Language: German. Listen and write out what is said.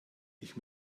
ich